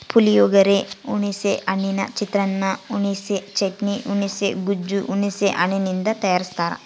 ಪುಳಿಯೋಗರೆ, ಹುಣಿಸೆ ಹಣ್ಣಿನ ಚಿತ್ರಾನ್ನ, ಹುಣಿಸೆ ಚಟ್ನಿ, ಹುಣುಸೆ ಗೊಜ್ಜು ಹುಣಸೆ ಹಣ್ಣಿನಿಂದ ತಯಾರಸ್ತಾರ